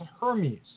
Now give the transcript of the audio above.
Hermes